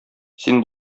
син